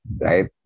right